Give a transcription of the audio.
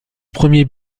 premier